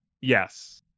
Yes